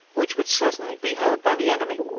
which would certainly be heard by the enemy.